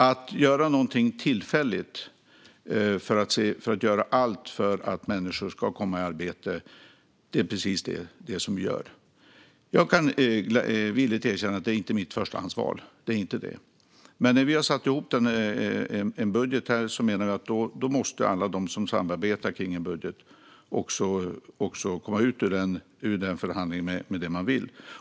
Att göra någonting tillfälligt för att människor ska komma i arbete är precis det som vi gör. Jag kan villigt erkänna att detta inte är mitt förstahandsval - det är inte det. Men vi har satt ihop en budget. Jag menar att alla som samarbetar kring en budget måste komma ut ur förhandlingen med något de vill.